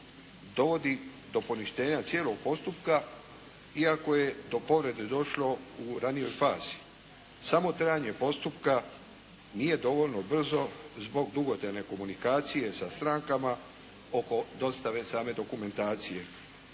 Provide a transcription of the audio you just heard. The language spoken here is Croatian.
dovodi do poništenja cijelog postupka iako je do povrede došlo u ranijoj fazi. Samo trajanje postupka nije dovoljno brzo zbog dugotrajne komunikacije sa strankama oko dostave same dokumentacije.